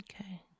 Okay